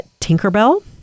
Tinkerbell